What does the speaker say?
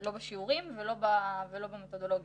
לא בשיעורים ולא במתודולוגיה.